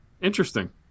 Interesting